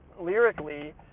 lyrically